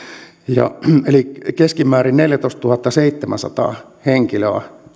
eli keskimäärin neljätoistatuhattaseitsemänsataa henkilöä